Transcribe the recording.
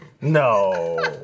No